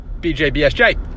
BJBSJ